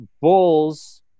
Bulls